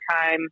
time